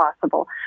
possible